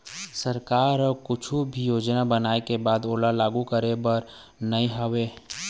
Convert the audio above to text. सरकार ह कुछु भी योजना बनाय के बाद ओला लागू करे भर बर म नइ होवय